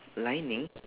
lining